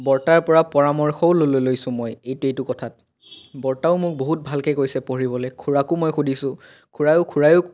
বৰ্তাৰ পৰা পৰামৰ্শও লৈছোঁ মই এইটো এইটো কথাত বৰ্তায়েও মোক বহুত ভালকৈ কৈছে পঢ়িবলৈ খুৰাকো মই সুধিছোঁ খুৰাইও খুৰাইও